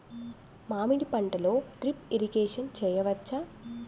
మామిడి పంటలో drip irrigation చేయచ్చా?